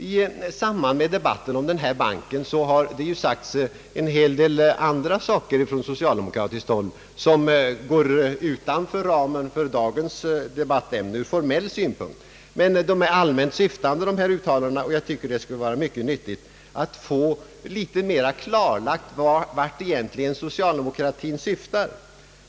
I samband med debatten om denna bank har det sagts en hel del andra saker från socialdemokratiskt håll, som går utanför ramen för dagens debattämne ur formell synpunkt. Men uttalandena är allmänt syftande, och jag tycker därför att det skulle vara nyttigt att få litet mera klarlagt vart egentligen socialdemokratin syftar.